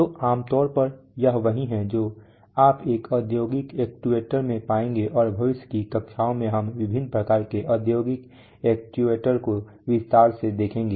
तो आम तौर पर यह वही है जो आप एक औद्योगिक एक्ट्यूएटर में पाएंगे और भविष्य की कक्षाओं में हम विभिन्न प्रकार के औद्योगिक एक्ट्यूएटर्स को विस्तार से देखेंगे